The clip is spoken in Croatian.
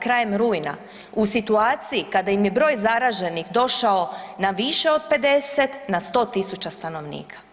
Krajem rujna u situaciji kada im je broj zaraženih došao na više od 50 na 100 tisuća stanovnika.